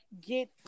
get